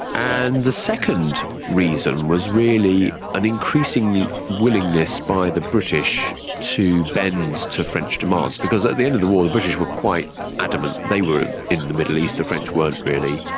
and the second reason was really an increasing willingness by the british to bend to french demands. because at the end of the war the british were quite adamant they were in the middle east, the french weren't really,